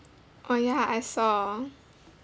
oh ya I saw